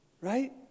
Right